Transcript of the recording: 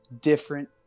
different